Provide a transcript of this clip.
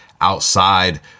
outside